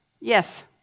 Yes